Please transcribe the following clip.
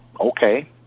okay